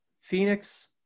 Phoenix